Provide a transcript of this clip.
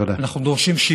תודה.